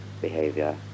behavior